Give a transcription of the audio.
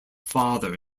father